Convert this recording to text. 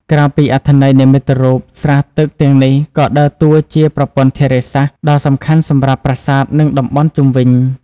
ក្រៅពីអត្ថន័យនិមិត្តរូប ស្រះទឹកទាំងនេះក៏ដើរតួជា ប្រព័ន្ធធារាសាស្ត្រ ដ៏សំខាន់សម្រាប់ប្រាសាទនិងតំបន់ជុំវិញ។